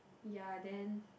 ya then